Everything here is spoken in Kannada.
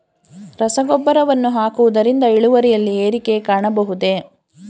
ರಸಗೊಬ್ಬರವನ್ನು ಹಾಕುವುದರಿಂದ ಇಳುವರಿಯಲ್ಲಿ ಏರಿಕೆ ಕಾಣಬಹುದೇ?